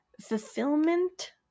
fulfillment